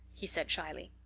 he said shyly.